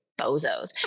bozos